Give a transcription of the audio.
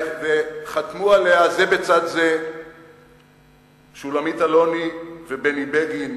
חתמו עליה זה בצד זה שולמית אלוני ובני בגין,